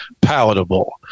palatable